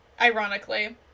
ironically